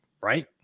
right